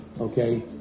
Okay